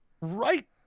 right